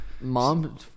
Mom